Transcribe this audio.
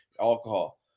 Alcohol